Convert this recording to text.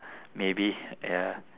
maybe ya